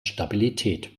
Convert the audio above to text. stabilität